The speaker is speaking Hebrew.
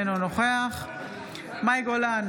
אינו נוכח מאי גולן,